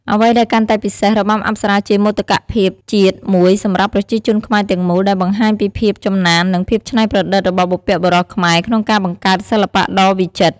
អ្វីដែលកាន់តែពិសេស របាំអប្សរាជាមោទកភាពជាតិមួយសម្រាប់ប្រជាជនខ្មែរទាំងមូល ដែលបង្ហាញពីភាពចំណាន និងភាពច្នៃប្រឌិតរបស់បុព្វបុរសខ្មែរក្នុងការបង្កើតសិល្បៈដ៏វិចិត្រ។